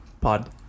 pod